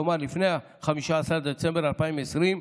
כלומר לפני 15 בדצמבר 2020,